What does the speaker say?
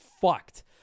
fucked